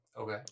Okay